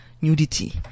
nudity